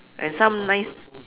and some nice